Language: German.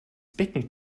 becken